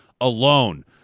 alone